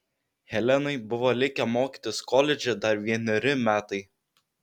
helenai buvo likę mokytis koledže dar vieneri metai